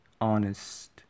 honest